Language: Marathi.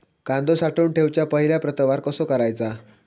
कांदो साठवून ठेवुच्या पहिला प्रतवार कसो करायचा?